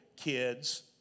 kids